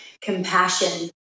compassion